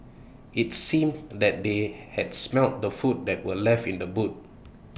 IT seemed that they had smelt the food that were left in the boot